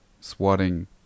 swatting